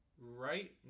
right